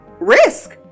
risk